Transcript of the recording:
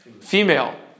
Female